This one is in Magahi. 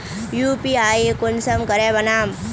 यु.पी.आई कुंसम करे बनाम?